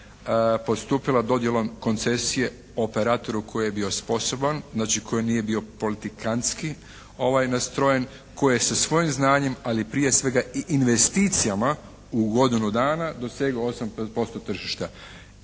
postupila dodjelom koncesije operatoru koji je bio sposoban, znači koji nije bio politikantski nastrojen, koji je sa svojim znanjem ali prije svega i investicija u godinu dana dosegao 8% tržišta.